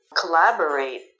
Collaborate